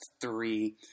three